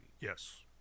Yes